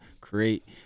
create